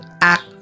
act